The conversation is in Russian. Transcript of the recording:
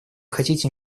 хотите